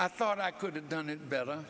i thought i could done it better